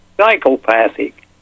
psychopathic